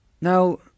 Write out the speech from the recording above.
Now